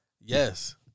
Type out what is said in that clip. Yes